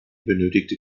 benötigte